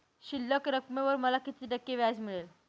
शिल्लक रकमेवर मला किती टक्के व्याज मिळेल?